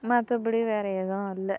மற்றபடி வேறே எதுவும் இல்லை